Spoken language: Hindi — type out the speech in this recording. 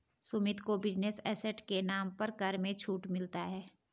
सुमित को बिजनेस एसेट के नाम पर कर में छूट मिलता है